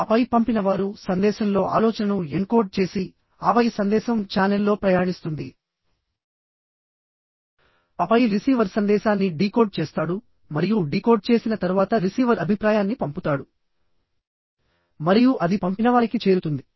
ఆపై పంపినవారు సందేశంలో ఆలోచనను ఎన్కోడ్ చేసి ఆపై సందేశం ఛానెల్లో ప్రయాణిస్తుంది ఆపై రిసీవర్ సందేశాన్ని డీకోడ్ చేస్తాడు మరియు డీకోడ్ చేసిన తర్వాత రిసీవర్ అభిప్రాయాన్ని పంపుతాడు మరియు అది పంపినవారికి చేరుతుంది